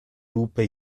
lupe